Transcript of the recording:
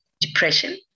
depression